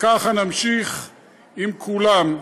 וככה נמשיך עם כולם.